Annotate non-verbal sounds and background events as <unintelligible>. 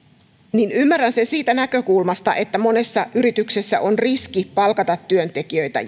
niin ymmärrän sen siitä näkökulmasta että monessa yrityksessä on riski palkata työntekijöitä <unintelligible>